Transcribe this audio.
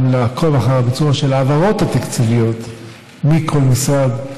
וגם לעקוב אחר ביצוע ההעברות התקציביות מכל משרד,